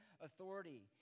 authority